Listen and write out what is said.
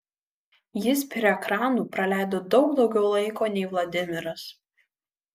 jis prie ekranų praleido daug daugiau laiko nei vladimiras